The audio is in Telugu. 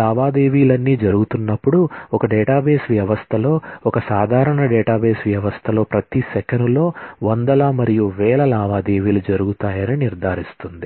లావాదేవీలన్నీ జరుగుతున్నప్పుడు ఒక డేటాబేస్ వ్యవస్థలో ఒక సాధారణ డేటాబేస్ వ్యవస్థలో ప్రతి సెకనులో వందల మరియు వేల లావాదేవీలు జరుగుతాయని నిర్ధారిస్తుంది